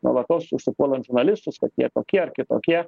nuolatos užsipuolant žurnalistus kad jie tokie ar kitokie